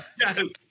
Yes